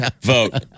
Vote